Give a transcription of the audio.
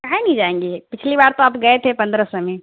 کاہے نہیں جائیں گے پچھلی بار تو آپ گئے تھے پندرہ سو میں